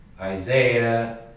isaiah